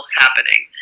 happening